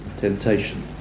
temptation